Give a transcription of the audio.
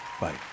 Bye